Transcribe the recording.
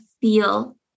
feel